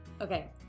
Okay